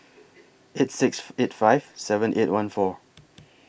eight six eight five seven eight one four